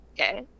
Okay